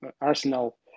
arsenal